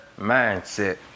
mindset